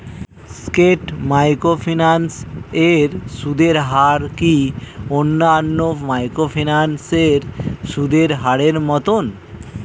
স্কেট microfinance এর সুদের হার কি অন্যান্য মাইক্রোফিন্যান্স এর সুদের হারের মতন?